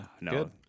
no